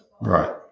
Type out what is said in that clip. Right